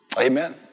Amen